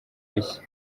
bishya